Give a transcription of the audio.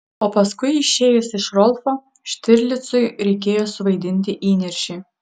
o paskui išėjus iš rolfo štirlicui reikėjo suvaidinti įniršį